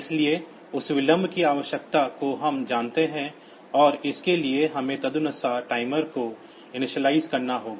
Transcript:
इसलिए उस विलंब की आवश्यकता को हम जानते हैं और इसके लिए हमें तदनुसार टाइमर को इनिशियलाइज़ करना होगा